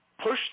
Pushed